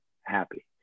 happy